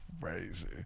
crazy